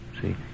See